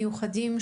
מיוחדים,